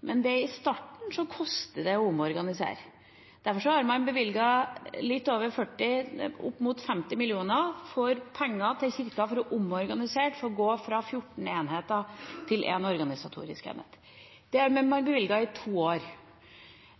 Men i starten koster det å omorganisere. Derfor har man bevilget litt over 40 mill. kr – opp mot 50 mill. kr – til Kirken for å omorganisere, for å gå fra 14 enheter til én organisatorisk enhet. Det har man bevilget i to år.